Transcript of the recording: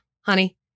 Honey